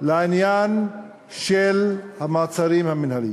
לעניין של המעצרים המינהליים.